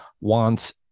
wants